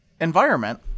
environment